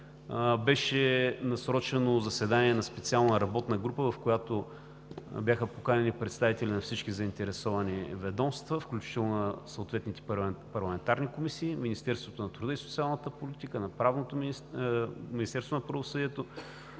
Беше насрочено заседание на специална работна група, в която бяха поканени представители на всички заинтересовани ведомства, включително на съответните парламентарни комисии. Министерството на труда и социалната политика, Министерството на правосъдието,